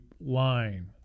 line